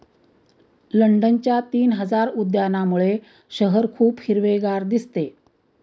लंडनच्या तीन हजार उद्यानांमुळे शहर खूप हिरवेगार दिसते